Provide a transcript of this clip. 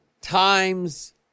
times